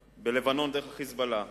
בלבנון, דרך ה"חיזבאללה",